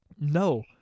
No